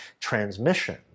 transmission